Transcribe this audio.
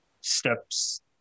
steps